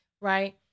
right